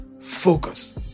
focus